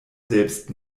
selbst